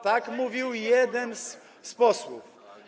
Tak mówił jeden z posłów.